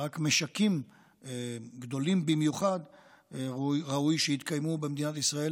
רק משקים גדולים במיוחד ראוי שיתקיימו במדינת ישראל,